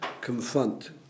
confront